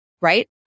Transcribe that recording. right